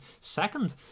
Second